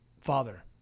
father